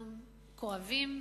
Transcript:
אנחנו כואבים,